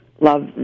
love